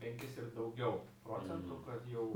penkis ir daugiau procentų kad jau